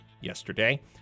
yesterday